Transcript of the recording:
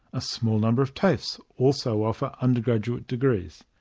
a small number of tafes also offer undergraduate degrees.